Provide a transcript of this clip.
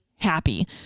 happy